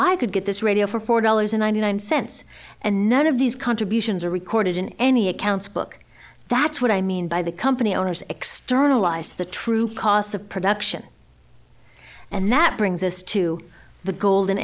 i could get this radio for four dollars ninety nine cents and none of these contributions are recorded in any accounts book that's what i mean by the company owners externalized the true costs of production and that brings us to the golden